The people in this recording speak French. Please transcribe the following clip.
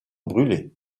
brûlés